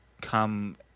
come